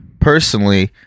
personally